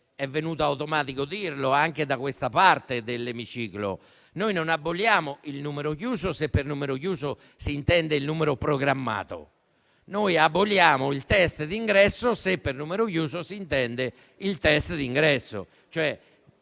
è venuto automatico dirlo anche da questa parte dell'Emiciclo. Noi non aboliamo il numero chiuso, se con esso si intende il numero programmato: noi aboliamo il test di ingresso, se per numero chiuso si intende il test di ingresso.